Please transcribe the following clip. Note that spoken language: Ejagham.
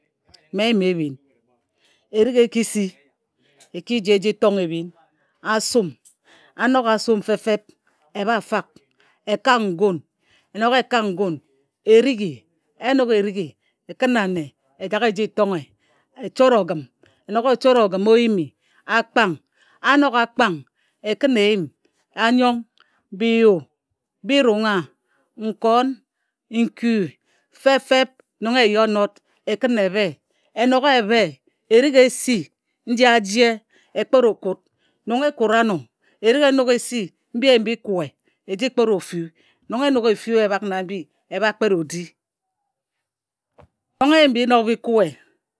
Mme n yima erik e ki si e ki ji e ji tonghe ebhin a sum a nok a sum fep fep e bha fak e kak ngun e nok e kak ngun e righi e nok e righi e kǝn ane e jak eji tonghe e chot ogǝm e nok e chot ogim o yim a kpang a nok a kpang e kǝn eyim, Anyong Biyu Bu=irungha, Nkon, Nkui fep fep nong e yi o nok e kǝn e bhee e nok e bhe erik e si nji aje e kpet o kut. Nong e kura ano erik e nok e si mji eyim bi kue. E ji kpe o fuu nong e nok e fuu e bhak na mbi e bha kpet o di. Nong e yim bi nok bi kue.